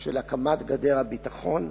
של הקמת גדר הביטחון,